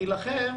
לכם